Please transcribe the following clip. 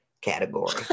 category